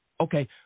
okay